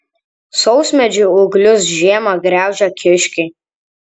sausmedžių ūglius žiemą graužia kiškiai